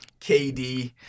KD